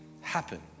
happen